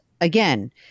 again